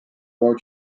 roar